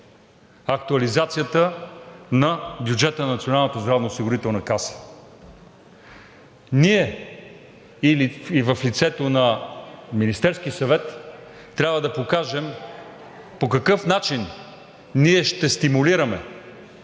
актуализацията на бюджета на Националната здравноосигурителна каса. Ние и в лицето на Министерския съвет трябва да покажем по какъв начин ще стимулираме,